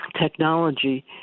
technology